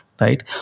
Right